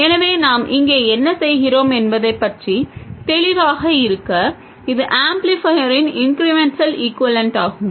எனவே நாம் இங்கே என்ன செய்கிறோம் என்பதைப் பற்றி தெளிவாக இருக்க இது ஆம்ப்ளிஃபையரின்ன் இன்க்ரிமென்டல் ஈக்வேலன்ட்டாகும்